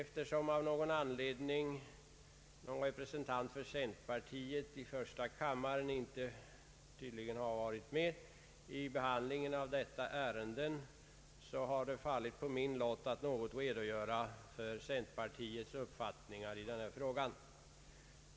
Då av någon anledning någon representant för centerpartiet i första kammaren tydligen inte har varit med vid behandlingen av detta ärende, har det fallit på min lott att redogöra för centerpartiets uppfattning i den här frågan.